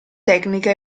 tecnica